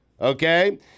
okay